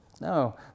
No